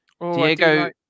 Diego